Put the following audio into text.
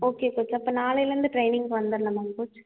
okay coach அப்போ நாளையிலேருந்து டிரெயினிங்கு வந்துர்லாமாங்க கோச்